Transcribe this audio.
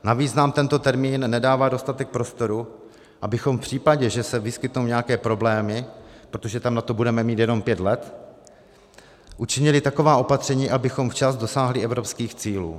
Navíc nám tento termín nedává dostatek prostoru, abychom v případě, že se vyskytnou nějaké problémy, protože tam na to budeme mít jenom pět let, učinili taková opatření, abychom včas dosáhli evropských cílů.